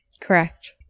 correct